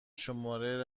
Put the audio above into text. شماره